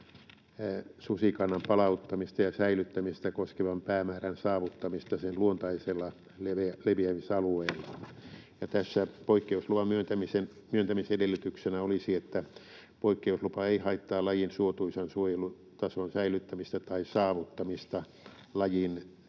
susikannan palauttamista ja säilyttämistä koskevan päämäärän saavuttamista sen luontaisella leviämisalueella. Tässä poikkeusluvan myöntämisen edellytyksenä olisi, että poikkeuslupa ei haittaa lajin suotuisan suojelutason säilyttämistä tai saavuttamista lajin